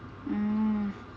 oh